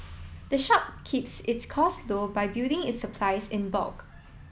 the shop keeps its costs low by building its supplies in bulk